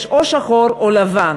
יש או שחור או לבן.